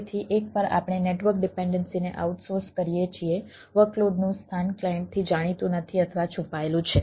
તેથી એકવાર આપણે નેટવર્ક ડિપેન્ડન્સીને આઉટસોર્સ કરીએ છીએ વર્કલોડનું સ્થાન ક્લાયન્ટથી જાણીતું નથી અથવા છુપાયેલું છે